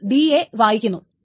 അപ്പോൾ d യെ വായിക്കുന്നു